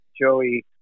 Joey